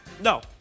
No